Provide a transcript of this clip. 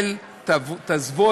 אתה לא מכיר, אתה בחור רציני.